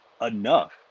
enough